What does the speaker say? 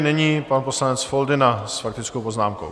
Nyní pan poslanec Foldyna s faktickou poznámkou.